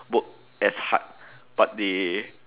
work as hard but they